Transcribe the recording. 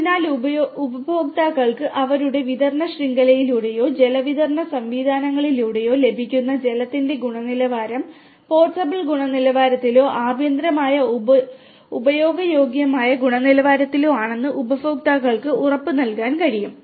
അതിനാൽ ഉപഭോക്താക്കൾക്ക് അവരുടെ വിതരണ ശൃംഖലയിലൂടെയോ ജലവിതരണ സംവിധാനങ്ങളിലൂടെയോ ലഭിക്കുന്ന ജലത്തിന്റെ ഗുണനിലവാരം പോർട്ടബിൾ ഗുണനിലവാരത്തിലോ ആഭ്യന്തരമായി ഉപയോഗയോഗ്യമായ ഗുണനിലവാരത്തിലോ ആണെന്ന് ഉപഭോക്താക്കൾക്ക് ഉറപ്പ് നൽകാൻ കഴിയും